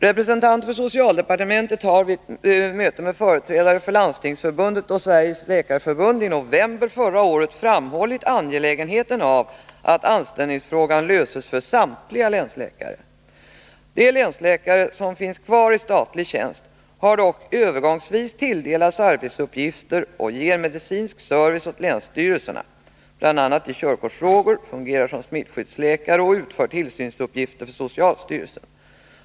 Representanter för socialdepartementet har vid ett sammanträffande med företrädare för Landstingsförbundet och Sveriges läkarförbund i november förra året framhållit angelägenheten av att anställningsfrågan löses för samtliga länsläkare. De länsläkare som finns kvar i statlig tjänst har dock övergångsvis tilldelats arbetsuppgifter och ger medicinsk service åt länsstyrelserna, bl.a. i körkortsfrågor, fungerar som smittskyddsläkare och utför tillsynsuppgifter för socialstyrelsen.